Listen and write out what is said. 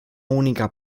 única